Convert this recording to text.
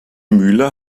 mühle